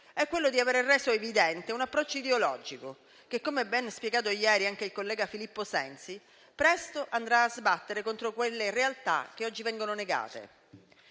è quello di aver reso evidente un approccio ideologico che - come ha ben spiegato ieri anche il collega Filippo Sensi - presto andrà a sbattere contro le realtà che oggi vengono negate.